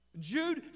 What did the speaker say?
Jude